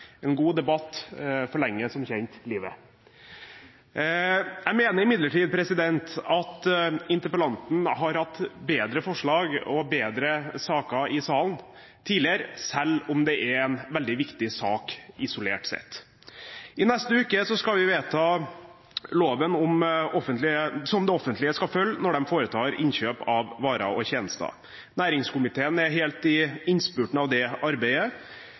En god debatt forlenger som kjent livet. Jeg mener imidlertid at interpellanten har hatt bedre forslag og bedre saker i salen tidligere, selv om det er en veldig viktig sak isolert sett. I neste uke skal vi vedta loven som det offentlige skal følge når man foretar innkjøp av varer og tjenester. Næringskomiteen er helt i innspurten av det arbeidet,